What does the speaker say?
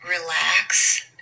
Relax